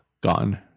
gone